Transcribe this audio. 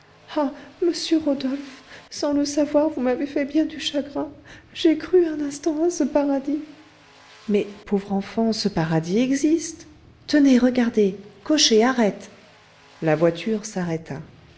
ah monsieur rodolphe sans le vouloir vous m'avez fait bien du chagrin j'ai cru un instant à ce paradis mais pauvre enfant ce paradis existe tenez regardez cocher arrête la voiture s'arrêta